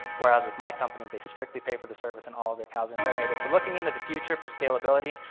whereas with my company they strictly pay for the service and all of their cows impregnated. so looking into the future for scalability,